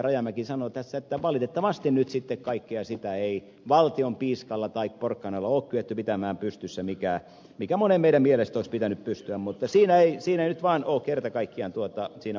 rajamäki sanoi tässä että valitettavasti nyt sitten kaikkea sitä ei valtion piiskalla tai porkkanalla ole kyetty pitämään pystyssä mikä monen meidän mielestä olisi pitänyt pystyä mutta siinä ei nyt vaan ole kerta kaikkiaan onnistuttu